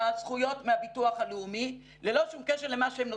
הזכויות מהביטוח הלאומי ללא שום קשר למה שהם נותנים,